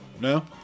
No